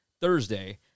Thursday